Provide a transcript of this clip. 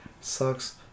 Sucks